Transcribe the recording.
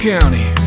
County